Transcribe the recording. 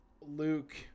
Luke